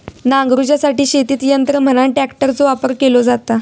नांगरूच्यासाठी शेतीत यंत्र म्हणान ट्रॅक्टरचो वापर केलो जाता